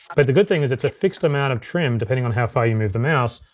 but the good thing is it's a fixed amount of trim depending on how far you move the mouse.